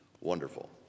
Wonderful